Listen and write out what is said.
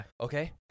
Okay